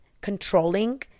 controlling